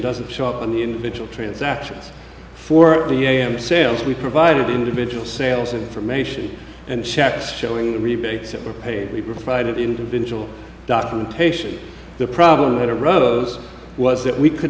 doesn't show up in the individual transactions for the am sales we provided the individual sales information and checks showing that rebates are paid we provided individual documentation the problem we had a rose was that we could